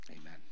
Amen